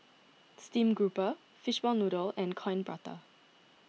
Steamed Grouper Fishball Noodle and Coin Prata